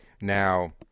Now